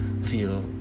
feel